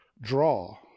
draw